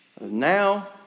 Now